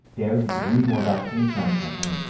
there you can read more about the patreon campaign.